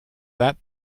that